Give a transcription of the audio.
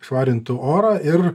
švarintų orą ir